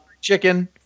chicken